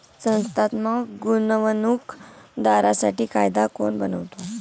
संस्थात्मक गुंतवणूक दारांसाठी कायदा कोण बनवतो?